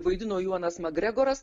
vaidino juanas makgregoras